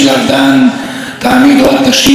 דיברו היום על הימורים ועל בחירות.